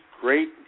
great